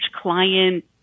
client